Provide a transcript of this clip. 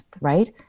right